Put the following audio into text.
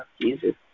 Jesus